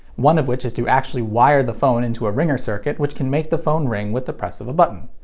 one of which is to actually wire the phone into a ringer circuit, which can make the phone ring with the press of a button.